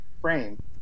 frame